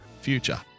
future